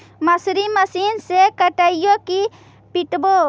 मसुरी मशिन से कटइयै कि पिटबै?